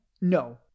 No